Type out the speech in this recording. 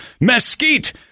mesquite